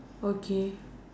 okay